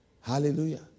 Hallelujah